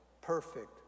Perfect